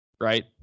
Right